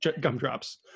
Gumdrops